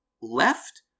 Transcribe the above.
left